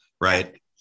right